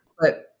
But-